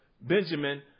Benjamin